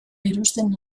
erosten